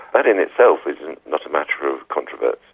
but in itself is not a matter of controversy,